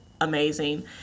amazing